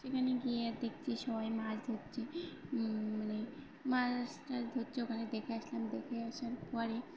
সেখানে গিয়ে দেখছি সবাই মাছ ধরছে মানে মাছটাছ ধরছে ওখানে দেখে আসলাম দেখে আসার পরে